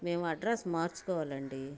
మేము అడ్రస్ మార్చుకోవాలండి